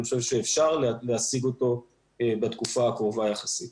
חושב שאפשר להשיג אותו בתקופה הקרובה יחסית.